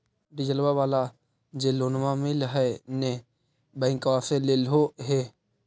डिजलवा वाला जे लोनवा मिल है नै बैंकवा से लेलहो हे?